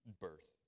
birth